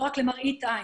לא רק למראית עין.